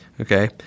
okay